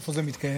שרון ניר,